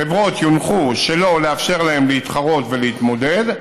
חברות יונחו שלא לאפשר להם להתחרות ולהתמודד,